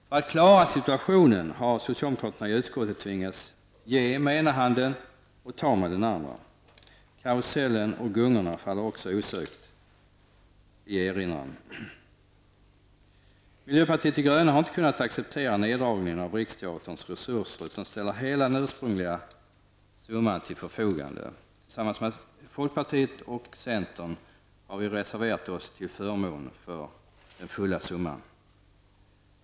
För att klara situationen har socialdemokraterna i utskottet tvingats ge med den ena handen och ta med den andra. Jag erinrar mig osökt detta med karusellen och gungorna. Vi i miljöpartiet de gröna har inte kunnat accepterat neddragningen av Riksteaterns resurser utan vill ställa hela den ursprungliga summan till förfogande. Tillsammans med folkpartiet och centern reserverar vi oss alltså till förmån för hela summan.